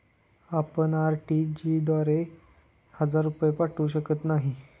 आपण आर.टी.जी.एस द्वारे हजार रुपये पाठवू शकत नाही